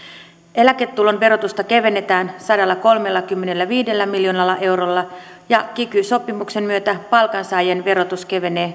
eläketulon verotusta kevennetään sadallakolmellakymmenelläviidellä miljoonalla eurolla ja kiky sopimuksen myötä palkansaajien verotus kevenee